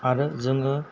आरो जोङो